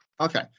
Okay